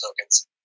tokens